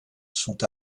sont